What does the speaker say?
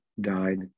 died